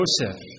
Joseph